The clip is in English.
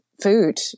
food